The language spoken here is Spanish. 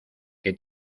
que